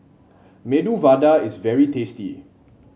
Medu Vada is very tasty